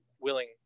willing